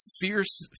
fierce